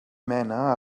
mena